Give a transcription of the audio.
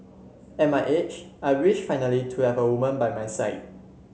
at my age I wish finally to have a woman by my side